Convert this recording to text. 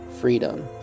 freedom